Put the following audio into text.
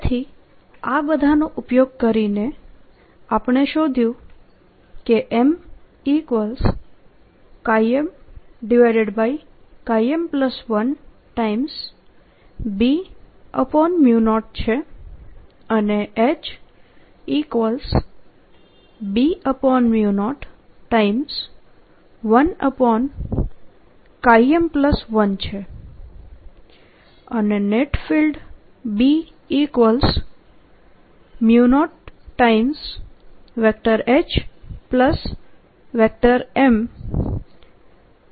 તેથી આ બધાનો ઉપયોગ કરીને આપણે શોધ્યું કે MMM1B0 છે અને HB01 M1 છે અને નેટ ફિલ્ડ B0HMB મળે છે